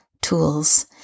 tools